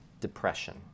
Depression